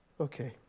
Okay